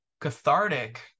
cathartic